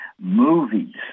movies